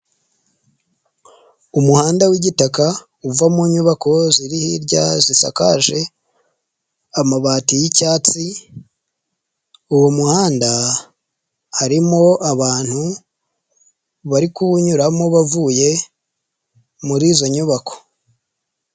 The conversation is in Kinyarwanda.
Umuhanda w'igitaka uva mu nyubako ziri hirya zisakaje amabati y'icyatsi uwo muhanda harimo abantu bari kuwunyuramo bavuye muri izo nyubako.